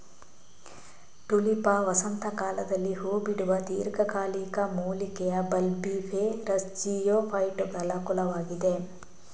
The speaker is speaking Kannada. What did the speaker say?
ಟುಲಿಪಾ ವಸಂತ ಕಾಲದಲ್ಲಿ ಹೂ ಬಿಡುವ ದೀರ್ಘಕಾಲಿಕ ಮೂಲಿಕೆಯ ಬಲ್ಬಿಫೆರಸ್ಜಿಯೋಫೈಟುಗಳ ಕುಲವಾಗಿದೆ